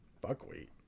Buckwheat